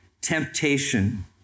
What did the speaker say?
temptation